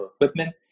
equipment